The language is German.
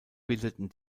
bildeten